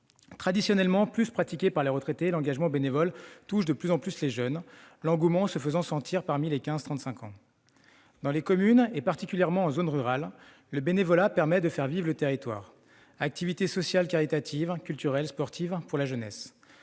Traditionnellement plus pratiqué par les retraités, le bénévolat touche de plus en plus les jeunes, l'engouement se faisant sentir parmi les 15-35 ans. Dans les communes, et particulièrement dans les zones rurales, le bénévolat permet de faire vivre le territoire. Activités sociales caritatives, culturelles, sportives pour la jeunesse